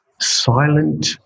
silent